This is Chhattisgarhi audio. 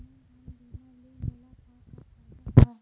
कन्यादान बीमा ले मोला का का फ़ायदा हवय?